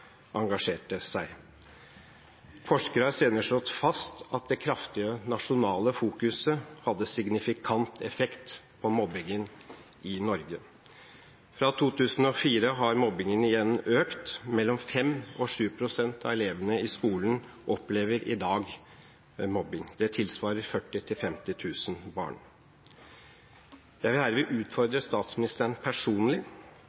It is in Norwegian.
Forskere har senere slått fast at det kraftige nasjonale fokuset hadde signifikant effekt på mobbingen i Norge. Fra 2004 har mobbingen igjen økt. 5–7 pst. av elevene i skolen opplever i dag mobbing. Det tilsvarer 40 000–50 000 barn. Jeg vil herved